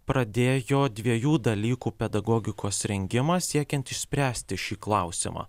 pradėjo dviejų dalykų pedagogikos rengimą siekiant išspręsti šį klausimą